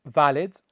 valid